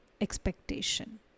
expectation